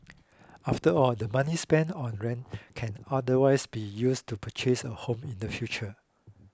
after all the money spent on rent can otherwise be used to purchase a home in the future